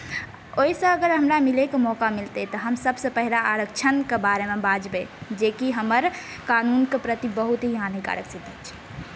ओहिसँ अगर हमरा मिलएके मौका मिलतै तऽ हम सभसँ पहिले आरक्षणके बारेमे बाजबै जे कि हमर कानूनके प्रति बहुत ही हानिकारक सिद्ध होइ छै